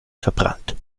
verbrannt